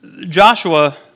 Joshua